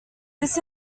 this